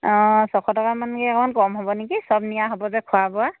অঁ ছশ টকামানকৈ অকণমান কম হ'ব নেকি সব নিয়া হ'ব যে খোৱা বোৱা